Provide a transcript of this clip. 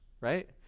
Right